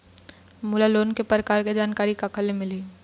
मोला लोन के प्रकार के जानकारी काकर ले मिल ही?